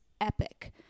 epic